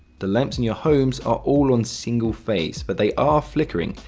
the lamps in your homes are all on single phase, but they are flickering,